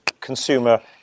consumer